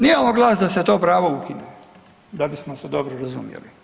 Nije ovo glas da se to pravo ukine da bismo se dobro razumjeli.